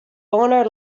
honor